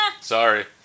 Sorry